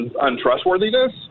untrustworthiness